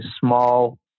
small